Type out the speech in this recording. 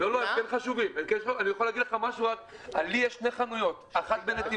אני מודה שאני כשלתי בהבנה,